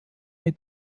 mit